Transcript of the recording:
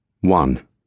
One